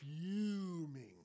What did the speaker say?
fuming